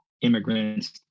immigrants